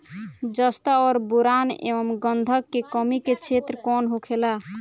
जस्ता और बोरान एंव गंधक के कमी के क्षेत्र कौन होखेला?